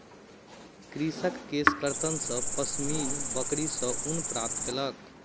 कृषक केशकर्तन सॅ पश्मीना बकरी सॅ ऊन प्राप्त केलक